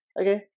okay